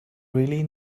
really